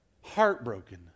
Heartbroken